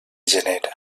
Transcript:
gener